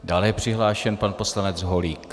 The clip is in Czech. Dále je přihlášen pan poslanec Holík.